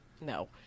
no